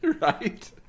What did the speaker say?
right